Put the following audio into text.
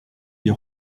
des